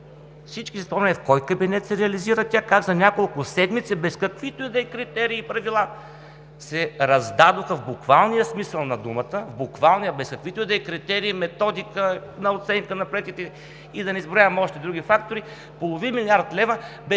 Всички си спомняме в кой кабинет се реализира тя, как за няколко седмици, без каквито и да е критерии и правила, се раздадоха в буквалния смисъл на думата, буквалния – без каквито и да е критерии, методика на оценка на проектите и да не изброявам още други фактори, половин милиард лева без каквито и да е индикативни,